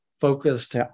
Focused